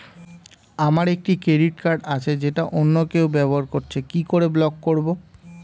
আমার একটি credit card আছে যেটা অন্য কেউ ব্যবহার করছে কি করে ব্লক করবো?